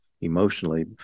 emotionally